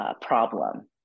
problem